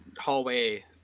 hallway